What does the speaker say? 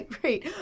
great